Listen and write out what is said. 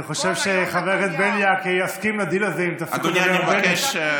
אני חושב שחבר הכנסת בליאק יסכים לדיל הזה אם תפסיקו לדבר על בנט.